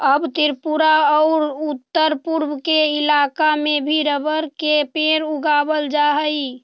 अब त्रिपुरा औउर उत्तरपूर्व के इलाका में भी रबर के पेड़ उगावल जा हई